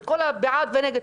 וכל הבעד והנגד,